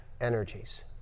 energies